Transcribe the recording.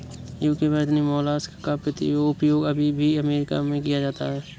UK वर्तनी mollusc का उपयोग अभी भी अमेरिका में किया जाता है